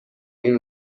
این